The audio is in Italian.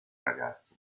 ragazza